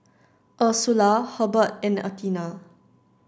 Ursula Hurbert and Athena